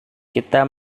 kita